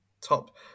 top